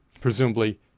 presumably